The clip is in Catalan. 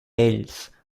ells